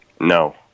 No